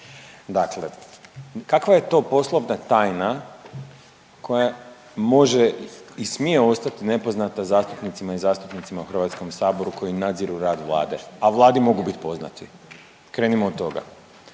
Dakle, kakva je to poslovna tajna koja može i smije ostati nepoznata zastupnicama i zastupnicima u HS-u koji nadziru rad Vlade, a Vladi mogu bit poznati? Krenimo od toga.